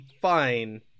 fine